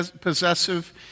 possessive